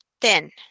ten